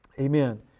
amen